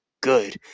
good